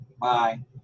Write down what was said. Bye